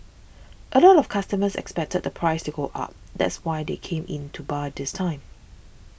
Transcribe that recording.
a lot of customers expected the price to go up that's why they came in to buy this time